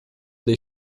dei